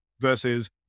versus